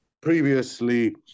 previously